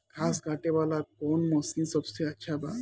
घास काटे वाला कौन मशीन सबसे अच्छा बा?